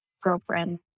girlfriend